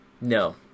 No